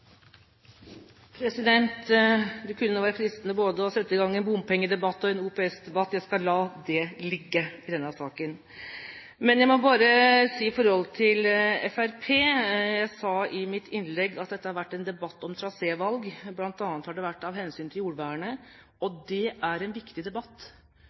Det kunne være fristende å sette i gang både en bompengedebatt og en OPS-debatt, men jeg skal la det ligge i denne saken. Men jeg må bare si til Fremskrittspartiet: Jeg sa i mitt innlegg at dette har vært en debatt om trasévalg, bl.a. av hensyn til jordvernet, og det er en viktig debatt.